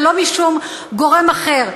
ולא משום גורם אחר.